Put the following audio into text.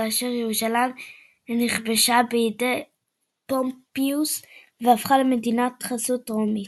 כאשר ירושלים נכבשה בידי פומפיוס והפכה למדינת חסות רומית.